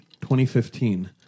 2015